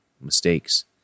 mistakes